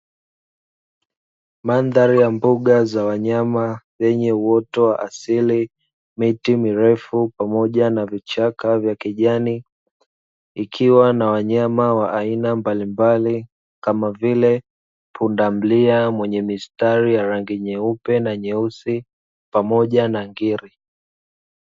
Mandhari ya mbuga za wanyama yenye uoto wa asili, miti mirefu pamoja na vichaka vya kijani, ikiwa na wanyama wa aina mbalimbali kama vile, pundamilia mwenye mistari ya rangi nyeupe na nyeusi pamoja na ngiri.